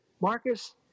Marcus